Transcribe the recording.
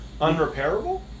Unrepairable